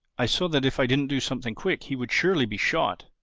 i saw that if i didn't do something quick he would surely be shot.